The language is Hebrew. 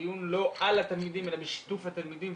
זה דיון לא על התלמידים אלא בשיתוף התלמידים,